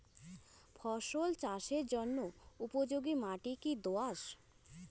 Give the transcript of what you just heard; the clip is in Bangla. ফসল চাষের জন্য উপযোগি মাটি কী দোআঁশ?